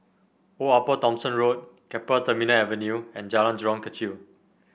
Old Upper Thomson Road Keppel Terminal Avenue and Jalan Jurong Kechil